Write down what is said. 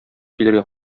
килергә